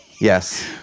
yes